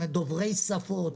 הם דוברי שפות,